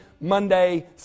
Monday